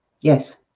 Yes